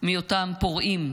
מאותם פורעים: